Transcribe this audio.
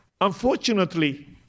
Unfortunately